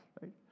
right